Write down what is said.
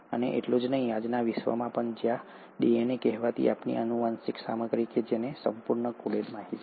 અને એટલું જ નહીં આજના વિશ્વમાં પણ જ્યાં ડીએનએ કહેવાતી આપણી આનુવંશિક સામગ્રી કે જેમાં સંપૂર્ણ કોડેડ માહિતી છે